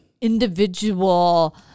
individual